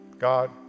God